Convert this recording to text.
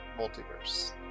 multiverse